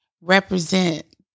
represent